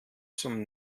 zum